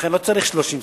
לכן, לא צריך 30 שרים,